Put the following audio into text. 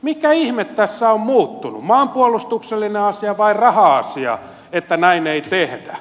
mikä ihme tässä on muuttunut maanpuolustuksellinen asia vai raha asia että näin ei tehdä